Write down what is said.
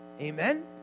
Amen